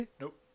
Nope